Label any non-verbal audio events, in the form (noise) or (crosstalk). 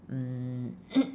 mm (coughs)